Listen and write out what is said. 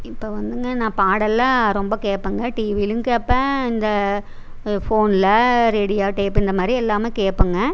இப்போ வந்துங்க நான் பாடலெலாம் ரொம்ப கேட்பேங்க டிவிலேயும் கேட்பேன் இந்த ஃபோனில் ரேடியோ டேப்பு இந்த மாதிரி எல்லாம் கேட்பேங்க